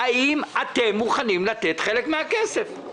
האם אתם מוכנים לתת חלק מן הכסף?